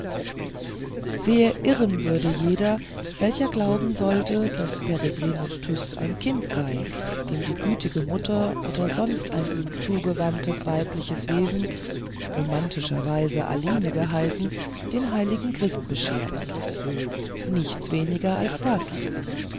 sehr irren würde jeder welcher glauben sollte daß peregrinus tyß ein kind sei dem die gütige mutter oder sonst ein ihm zugewandtes weibliches wesen romantischerweise aline geheißen den heiligen christ beschert nichts weniger als das